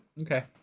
Okay